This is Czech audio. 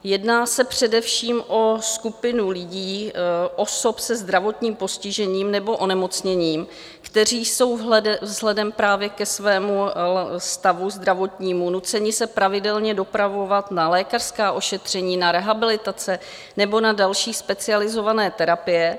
Jedná se především o skupinu lidí, osob se zdravotním postižením nebo onemocněním, kteří jsou vzhledem právě ke svému zdravotnímu stavu nuceni se pravidelně dopravovat na lékařská ošetření, na rehabilitace nebo na další specializované terapie.